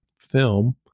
film